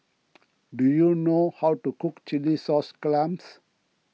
do you know how to cook Chilli Sauce Clams